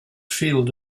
field